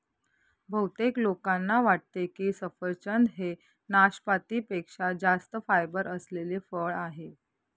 बहुतेक लोकांना वाटते की सफरचंद हे नाशपाती पेक्षा जास्त फायबर असलेले फळ आहे